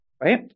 right